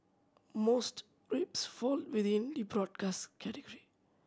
most rapes fall within the broadest category